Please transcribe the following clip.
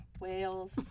whales